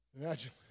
Imagine